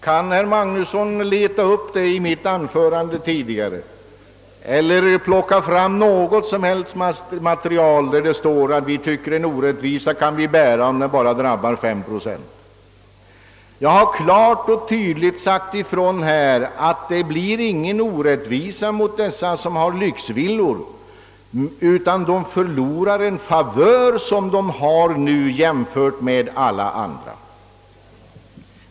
Kan herr Magnusson i Borås i mitt tidigare anförande eller i något annat material, som vi lagt fram, finna påståendet, att vi kan acceptera en orättvisa om den bara drabbar 5 procent? Jag har klart och tydligt sagt ifrån att de nya reglerna inte kommer att medföra någon orättvisa för ägare av lyxvillor, utan endast att dessa villaägare förlorar en favör som de nu har framför alla andra.